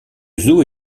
zoo